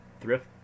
thrift